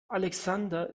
alexander